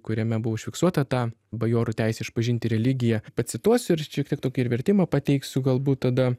kuriame buvo užfiksuota ta bajorų teisė išpažinti religiją pacituosiu ir šiek tiek tokį ir vertimą pateiksiu galbūt tada